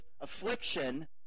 affliction